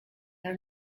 are